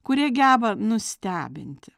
kurie geba nustebinti